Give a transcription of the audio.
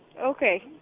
Okay